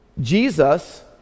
Jesus